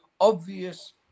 obvious